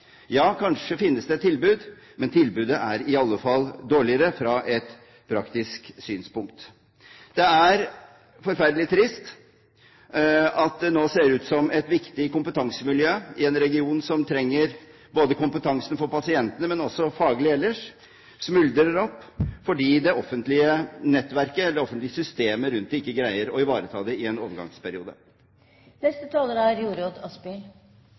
Ja, kanskje finnes det et tilbud, men tilbudet er i alle fall dårligere fra et praktisk synspunkt. Det er forferdelig trist at det nå ser ut som om et viktig kompetansemiljø i en region som trenger kompetansen for pasientene, men også faglig ellers, smuldrer opp fordi det offentlige nettverket eller det offentlige systemet rundt det ikke greier å ivareta det i en